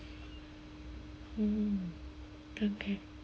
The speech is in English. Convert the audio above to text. mm can can